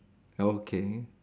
okay